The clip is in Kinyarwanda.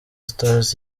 stars